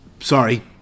Sorry